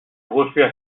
refaits